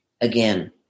again